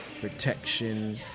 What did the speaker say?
Protection